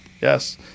Yes